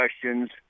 questions